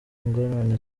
ingorane